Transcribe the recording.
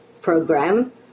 program